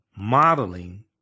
modeling